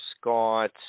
Scott